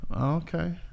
Okay